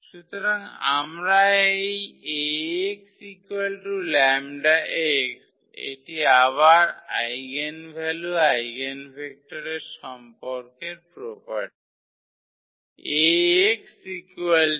সুতরাং আমরা এই 𝐴𝑥 𝜆𝑥 এটি আবার আইগেনভ্যালু আইগেনভেক্টরের সম্পর্কের প্রোপার্টি